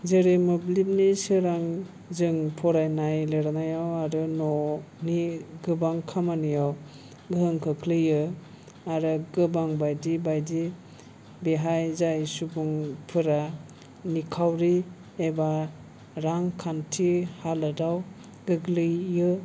जेरै मोब्लिबनि सोरांजों फरायनाय लिरनायाव आरो न'नि गोबां खामानियाव गोहोम खोख्लैयो आरो गोबां बायदि बायदि बेहाय जाय सुबुंफोरा निखावरि एबा रांखान्थि हालोदाव गोग्लैयो